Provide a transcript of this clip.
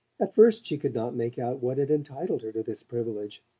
at first she could not make out what had entitled her to this privilege,